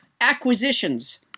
Acquisitions